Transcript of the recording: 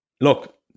look